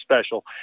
special